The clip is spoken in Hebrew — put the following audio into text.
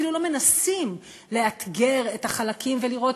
אפילו לא מנסים לאתגר את החלקים ולראות